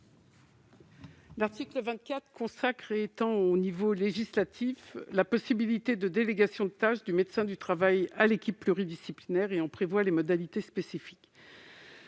L'article 24 consacre au niveau législatif la possibilité de délégation de tâches du médecin du travail à l'équipe pluridisciplinaire, étend son application et en prévoit les modalités spécifiques.